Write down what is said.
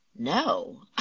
no